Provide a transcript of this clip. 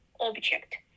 object